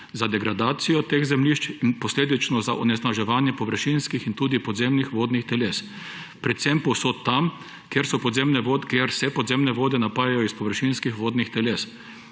za degradacijo teh zemljišč in posledično za onesnaževanje površinskih in tudi podzemnih vodnih teles, predvsem povsod tam, kjer se podzemne vode napajajo iz površinskih vodnih teles.